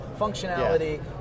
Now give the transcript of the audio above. functionality